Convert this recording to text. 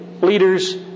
leaders